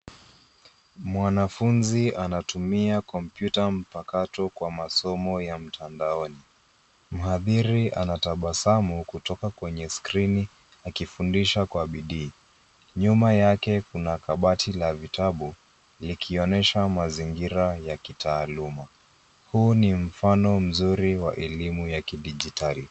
Mwaafunzi anatumia kompyuta mpakato kwa masomo ya mtandaoni. Mhadhiri anatabasamu kutoka kwenye skirini, akifundisha kwa bidii. Nyuma yake kuna kabati la vitabu, likionesha mazingira ya kitaaluma. Huu ni mfano mzuri wa elimu ya kidijitali.